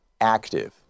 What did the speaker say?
active